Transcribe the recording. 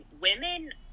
women